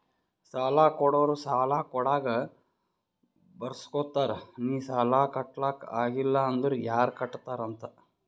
ಸಾಲಾ ಕೊಡೋರು ಸಾಲಾ ಕೊಡಾಗ್ ಬರ್ಸ್ಗೊತ್ತಾರ್ ನಿ ಸಾಲಾ ಕಟ್ಲಾಕ್ ಆಗಿಲ್ಲ ಅಂದುರ್ ಯಾರ್ ಕಟ್ಟತ್ತಾರ್ ಅಂತ್